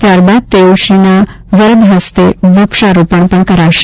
ત્યારબાદ તેઓશ્રીના વરદ્ હસ્તે વ્રક્ષારોપણ કરાશે